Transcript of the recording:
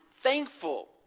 thankful